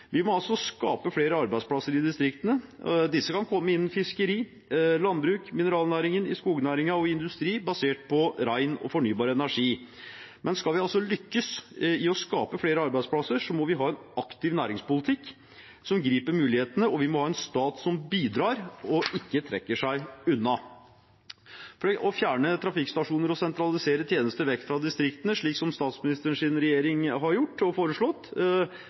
Vi må altså skape flere arbeidsplasser i distriktene. Disse kan komme innen fiskeri, landbruk, mineralnæring, skognæring og industri basert på ren og fornybar energi. Men skal vi lykkes i å skape flere arbeidsplasser, må vi ha en aktiv næringspolitikk som griper mulighetene, og vi må ha en stat som bidrar og ikke trekker seg unna. Å fjerne trafikkstasjoner og sentralisere tjenester vekk fra distriktene, slik statsministerens regjering har gjort og foreslått,